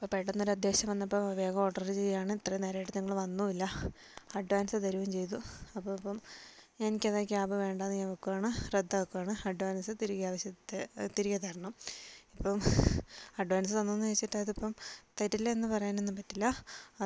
ഇപ്പോൾ പെട്ടന്നൊരു അത്യാവശ്യം വന്നപ്പോൾ വേഗം ഓർഡറ് ചെയ്യാണ് ഇത്രയും നേരമായിട്ട് നിങ്ങൾ വന്നില്ല അഡ്വാൻസ് തരികയും ചെയ്തു അപ്പോൾ ഇപ്പം എനിക്കതെ ക്യാബ് വേണ്ടയെന്ന് ഞാൻ വയ്ക്കുകയാണ് റദ്ദാക്കുകയാണ് അഡ്വാൻസ് തിരികെ തിരികെ തരണം അപ്പം അഡ്വാൻസ് തന്നുവെന്ന് വച്ചിട്ട് അതിപ്പം തരില്ലെന്ന് പറയാനൊന്നും പറ്റില്ല